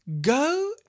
Go